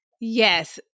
Yes